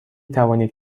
توانید